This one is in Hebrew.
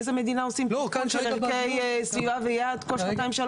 באיזה מדינה עושים עדכון של ערכי סביבה ויעד כל שנתיים שלוש?